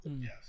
Yes